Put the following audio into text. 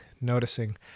noticing